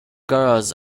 girls